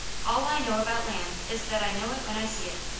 all i know about land is that i know it when i see it,